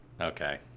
Okay